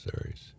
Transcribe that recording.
Series